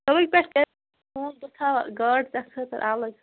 صُبحِکۍ پٮ۪ٹھ کٔر فون تہٕ بہٕ تھاوہا گاڈٕ ژےٚ خٲطرٕ الگ